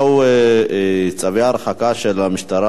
הצעה לסדר-היום בנושא: צווי הרחקה של המשטרה מהר-הבית,